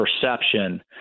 perception